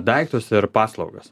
daiktus ir paslaugas